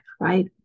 right